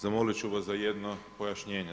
Zamolit ću vas za jedno pojašnjenje.